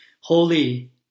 Holy